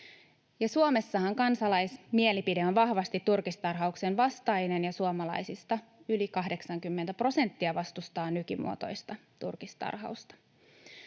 Suomessahan kansalaismielipide on vahvasti turkistarhauksen vastainen, ja suomalaisista yli 80 prosenttia vastustaa nykymuotoista turkistarhausta.